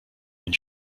den